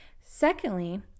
secondly